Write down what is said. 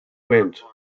went